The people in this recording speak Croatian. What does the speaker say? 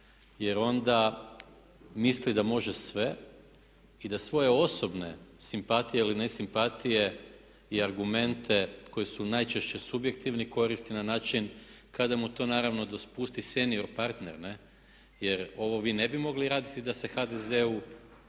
jer onda misli da može sve i da svoje osobne simpatije ili nesimpatije i argumente koji su najčešće subjektivni koristi na način kada mu to naravno dopusti senior partner ne'. Jer ovo vi ne bi mogli raditi da se HDZ-u